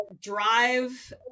drive